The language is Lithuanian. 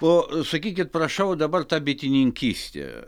o sakykit prašau dabar ta bitininkystė